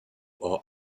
are